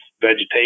vegetation